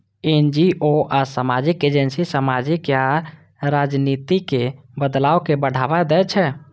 NGO आ सामाजिक agency सामाजिक या राजनीतिक बदलाव कें बढ़ावा दै छै